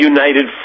United